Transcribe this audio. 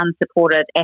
unsupported